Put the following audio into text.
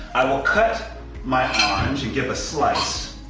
i will cut my ah orange and give a slice.